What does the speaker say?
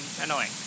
annoying